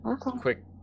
quick